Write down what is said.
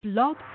Blog